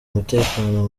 mutekano